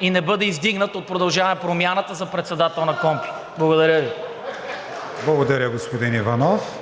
и не бъде издигнат от „Продължаваме Промяната“ за председател на КПКОНПИ. Благодаря Ви. (Ръкопляскания от